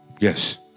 Yes